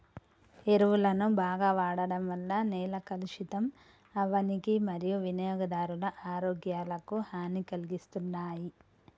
ఎరువులను బాగ వాడడం వల్ల నేల కలుషితం అవ్వనీకి మరియూ వినియోగదారుల ఆరోగ్యాలకు హనీ కలిగిస్తున్నాయి